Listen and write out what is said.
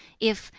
if,